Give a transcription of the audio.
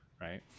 right